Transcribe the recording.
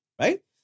right